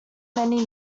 many